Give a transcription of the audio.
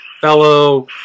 fellow